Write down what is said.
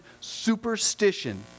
superstition